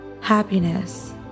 happiness